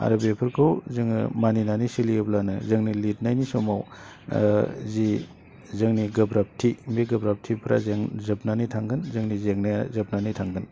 आरो बेफोरखौ जोङो मानिनानै सोलियोब्लानो जोंनि लिरनायनि समाव जि जोंनि गोब्राबथि बे गोब्राबथिफ्रा जों जोबनानै थांगोन जोंनि जेंनाया जोबनानै थांगोन